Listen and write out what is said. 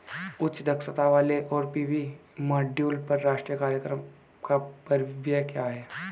उच्च दक्षता वाले सौर पी.वी मॉड्यूल पर राष्ट्रीय कार्यक्रम का परिव्यय क्या है?